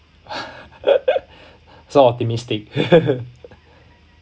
so optimistic